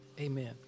Amen